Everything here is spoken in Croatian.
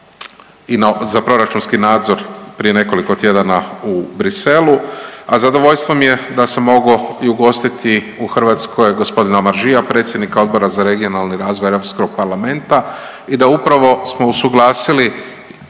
za proračunski nadzor prije nekoliko tjedana u Bruxellesu, a zadovoljstvo mi je da sam mogao i ugostiti u Hrvatskoj g. Omarjeeja, predsjednika Odbora za regionalni razvoj EP-a i da upravo smo usuglasili